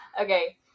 okay